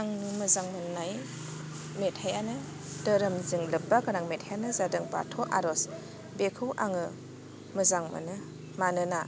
आंनि मोजां मोन्नाय मेथाइयानो धोरोमजों लोब्बा गोनां मेथाइयानो जादों बाथौ आर'ज बेखौ आङो मोजां मोनो मानोना